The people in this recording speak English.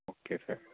okay sir